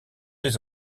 les